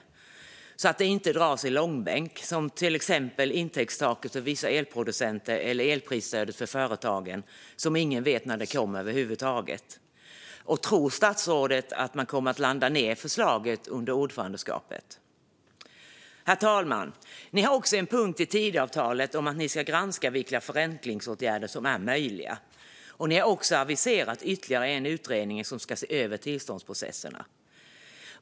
Det gäller att det inte dras i långbänk, som till exempel var fallet med intäktstaket för elproducenter och elprisstödet för företagen. Ingen vet över huvud taget när det kommer. Tror statsrådet att man kommer att landa ned förslaget under det svenska ordförandeskapet? Herr talman! Regeringen har en punkt i Tidöavtalet om att ni ska granska vilka förenklingsåtgärder som är möjliga. Ni har också aviserat ytterligare en utredning som ska se över tillståndsprocesserna.